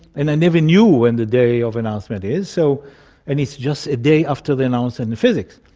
and i never knew when the day of announcement is, so and is just a day after they announce and the physics.